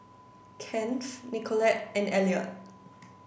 Kennth Nicolette and Elliott